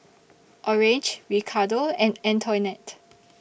Orange Ricardo and Antoinette